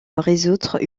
résoudre